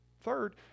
Third